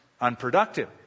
unproductive